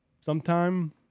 sometime